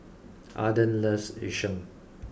Arden loves Yu Sheng